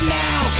now